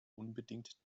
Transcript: unbedingt